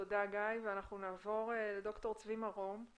תודה גיא, נעבור לד"ר צבי מרום,